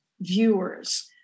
viewers